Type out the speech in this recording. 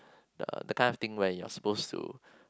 the the kind of thing where you're supposed to